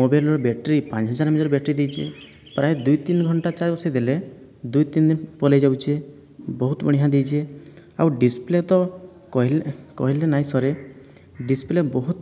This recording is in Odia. ମୋବାଇଲ୍ର ବ୍ୟାଟେରୀ ପାଞ୍ଚ ହଜାର ଏମ୍ଏଚ୍ ବ୍ୟାଟେରୀ ଦେଇଛି ପ୍ରାୟ ଦୁଇ ତିନି ଘଣ୍ଟା ଚାର୍ଜ ବସାଇଦେଲେ ଦୁଇ ତିନିଦିନି ପଳାଇ ଯାଉଛି ବହୁତ ବଢ଼ିଆ ଦେଇଛି ଆଉ ଡିସ୍ପ୍ଲେ ତ କହିଲେ କହିଲେ ନାହିଁ ସରେ ଡିସ୍ପ୍ଲେ ବହୁତ